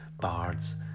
bards